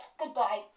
Goodbye